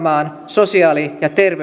sosiaali